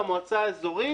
למועצה האזורית